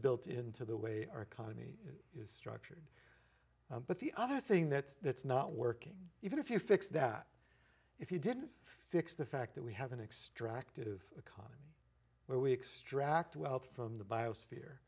built into the way our economy is structured but the other thing that's that's not working even if you fix that if you didn't fix the fact that we have an extract of a car where we extract wealth from the bios